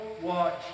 watch